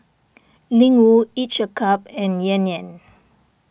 Ling Wu Each a cup and Yan Yan